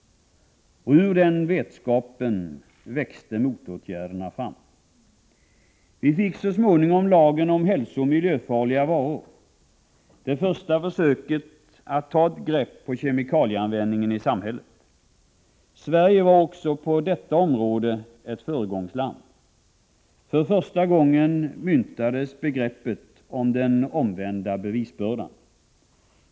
Ur denna vetskap växte motåtgärderna fram. Vi fick så småningom lagen om hälsooch miljöfarliga varor — det första försöket att ta ett grepp på kemikalieanvändningen i samhället. Sverige var också på detta område ett föregångsland. För första gången myntades begreppet om den omvända bevisbördan.